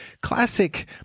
classic